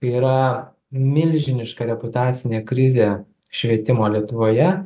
yra milžiniška reputacinė krizė švietimo lietuvoje